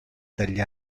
degli